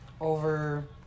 Over